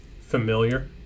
familiar